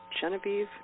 Genevieve